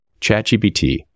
ChatGPT